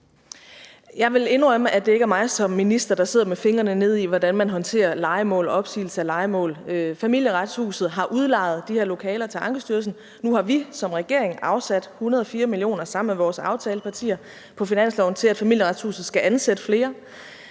Jeg vil indrømme, at det ikke er mig som minister, der sidder med fingrene nede i, hvordan man håndterer lejemål og opsigelse af lejemål. Familieretshuset har udlejet de her lokaler til Ankestyrelsen. Nu har vi som regering afsat 104 mio. kr. sammen med vores aftalepartier på finansloven til, at Familieretshuset skal ansætte flere.